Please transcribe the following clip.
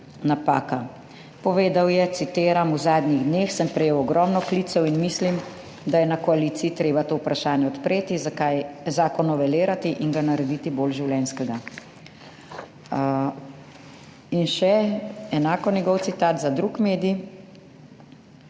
napaka. Povedal je, citiram: »V zadnjih dneh sem prejel ogromno klicev in mislim, da je na koaliciji treba to vprašanje odpreti, zakaj zakon novelirati in ga narediti bolj življenjskega.« In še, enako njegov citat za drug medij: